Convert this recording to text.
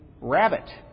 rabbit